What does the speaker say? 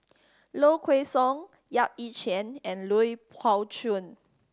Low Kway Song Yap Ee Chian and Lui Pao Chuen